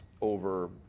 over